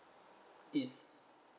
east